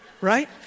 Right